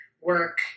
work